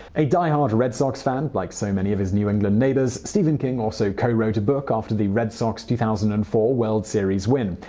a diehard red sox fan, like so many of his new england neighbors, stephen king also co-wrote a book after the red sox two thousand and four world series win.